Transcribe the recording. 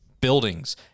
buildings